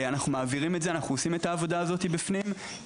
אנחנו עושים את העבודה הזאת וזהו,